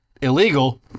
illegal